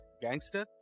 Gangster